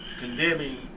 Condemning